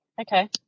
Okay